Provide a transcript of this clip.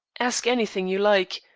ask anything you like.